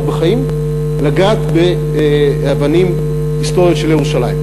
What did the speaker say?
בחיים לגעת באבנים ההיסטוריות של ירושלים,